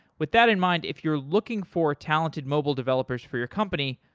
with that in mind, if you're looking for talented mobile developers for your company,